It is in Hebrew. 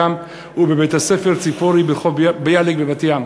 ובבית-הספר "ציפורי" ברחוב ביאליק בבת-ים.